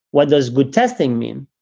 what does good testing mean?